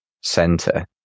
center